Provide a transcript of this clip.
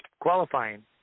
qualifying